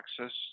access